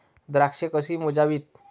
द्राक्षे कशी मोजावीत?